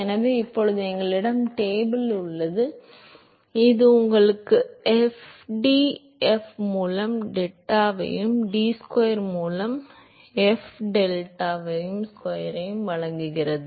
எனவே இப்போது எங்களிடம் டேபிள் உள்ளது இது உங்களுக்கு எஃப்டிஎஃப் மூலம் டெட்டாவையும் டி ஸ்கொயர் எஃப் டெட்டா ஸ்கொயரையும் வழங்குகிறது